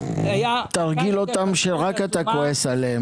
תרגיל אותם שרק אתה כועס עליהם,